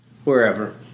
wherever